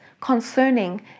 concerning